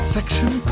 Section